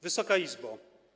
Wysoka Izbo!